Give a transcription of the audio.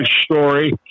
story